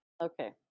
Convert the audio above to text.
Okay